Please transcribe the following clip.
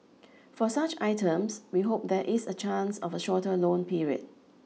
for such items we hope there is a chance of a shorter loan period